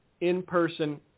in-person